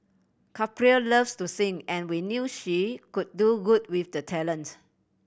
Capri loves to sing and we knew she could do good with the talent